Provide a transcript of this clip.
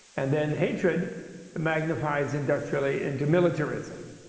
and then hatred magnifies industrially into militarism.